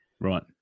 Right